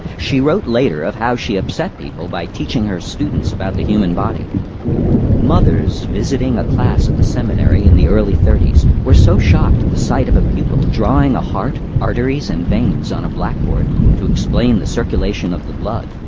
she wrote later of how she upset people by teaching her students about the human body mothers visiting a class at and the seminary in the early thirties were so shocked at the sight of a pupil drawing a heart, arteries and veins on a blackboard to explain the circulation of the blood,